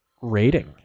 rating